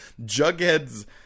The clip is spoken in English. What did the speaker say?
Jughead's